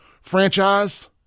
franchise